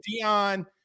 Dion